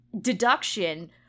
deduction